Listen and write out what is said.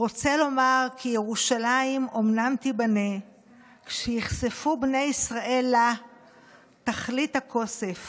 "רוצה לומר כי ירושלים אומנם תיבנה כשייכספו בני ישראל לה תכלית הכוסף